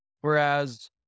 Whereas